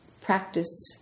practice